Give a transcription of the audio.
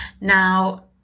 Now